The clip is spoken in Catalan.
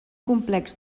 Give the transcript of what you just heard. complex